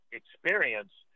experience